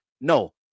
No